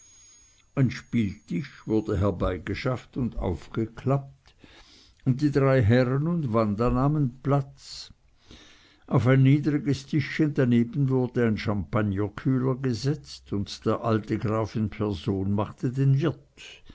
ein spieltisch wurde herbeigeschafft und aufgeklappt und die drei herren und wanda nahmen platz auf ein niedriges tischchen daneben wurde ein champagnerkühler gesetzt und der alte graf in person machte den wirt